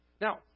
Now